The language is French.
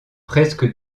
presque